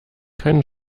keinen